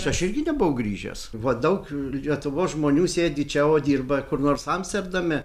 aš irgi nebuvau grįžęs va daug lietuvos žmonių sėdi čia o dirba kur nors amsterdame